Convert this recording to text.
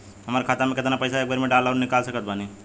हमार खाता मे केतना पईसा एक बेर मे डाल आऊर निकाल सकत बानी?